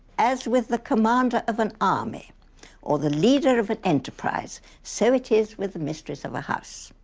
as with the commander of an army or the leader of an enterprise, so it is with the mistress of a house.